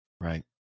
Right